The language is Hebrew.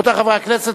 רבותי חברי הכנסת,